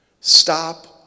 Stop